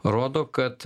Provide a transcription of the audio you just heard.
rodo kad